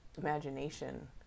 Imagination